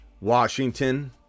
Washington